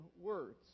words